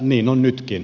niin on nytkin